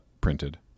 printed